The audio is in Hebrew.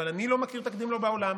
אבל אני לא מכיר תקדים לו בעולם,